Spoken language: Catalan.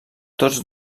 tots